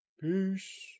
Peace